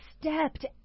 stepped